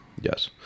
Yes